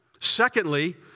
Secondly